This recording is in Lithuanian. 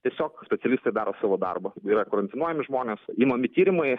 tiesiog specialistai daro savo darbą yra karantinuojami žmonės imami tyrimai